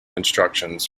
instructions